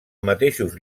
mateixos